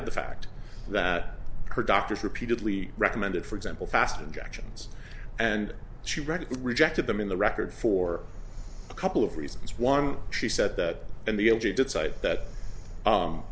of the fact that her doctors repeatedly recommended for example fast injections and she read it rejected them in the record for a couple of reasons one she said that and the l g decided that